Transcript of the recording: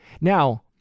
Now